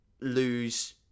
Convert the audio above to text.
lose